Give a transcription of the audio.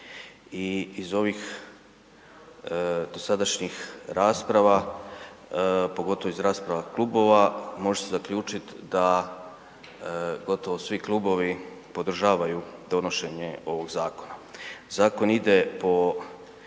I iz ovih dosadašnjih rasprava, pogotovo iz rasprava klubova može se zaključiti da gotovo svi klubovi podržavaju donošenje ovog zakona. Zakon ide po